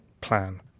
plan